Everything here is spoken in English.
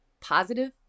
positive